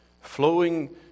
flowing